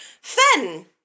Fen